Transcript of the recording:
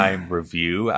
Review